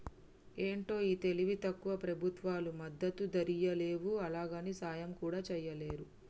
ఏంటో ఈ తెలివి తక్కువ ప్రభుత్వాలు మద్దతు ధరియ్యలేవు, అలాగని సాయం కూడా చెయ్యలేరు